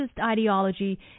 ideology